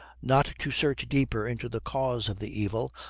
not to search deeper into the cause of the evil,